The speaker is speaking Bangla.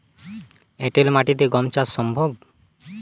এঁটেল মাটিতে কি গম চাষ সম্ভব?